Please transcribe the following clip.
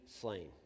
slain